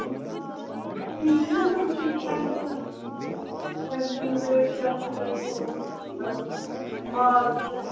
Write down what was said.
یہِ یی چھُنَہ مےٚ وٕچھُن کھٮ۪ن چٮ۪نس کھٮ۪ن چٮ۪ن ریٹ کیٛاہ چھُو تۄہہِ تھوٚمُت مطلب ماز